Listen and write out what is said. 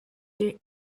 there